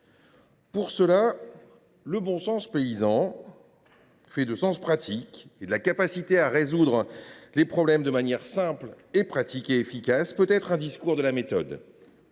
Pour cela, le bon sens paysan, fait de sens pratique et de la capacité à résoudre les problèmes de manière simple, pratique et efficace, peut inspirer un. Les mots